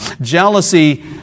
Jealousy